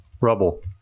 Rubble